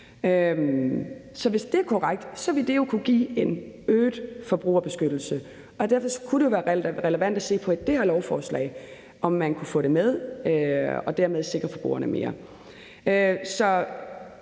Så hvis det er korrekt,j ville det jo kunne give en forbrugerbeskyttelse, og derfor kunne det være relevant at se på det ved det her lovforslag, i forhold til om man kunne få det med og dermed sikre forbrugerne bedre.